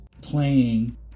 playing